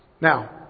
Now